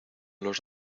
los